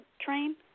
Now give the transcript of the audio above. train